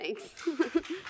Thanks